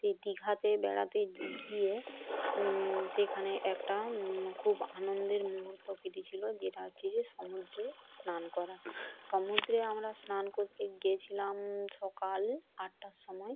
সেই দীঘাতে বেড়াতে গিয়ে সেখানে একটা খুব আনন্দের মুহুর্ত কেটেছিলো যেটা হচ্ছে যে সমুদ্রে স্নান করা সমুদ্রে আমরা স্নান করতে গেছিলাম সকাল আটটার সময়